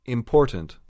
Important